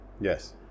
Yes